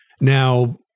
Now